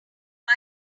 why